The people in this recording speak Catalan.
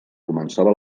començava